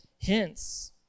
Hence